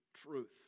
truth